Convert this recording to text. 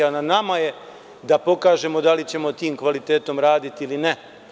Na nama je da pokažemo da li ćemo tim kvalitetom raditi ili ne.